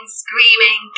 screaming